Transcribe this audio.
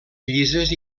llises